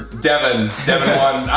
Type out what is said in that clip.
devan. devan